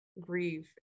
grieve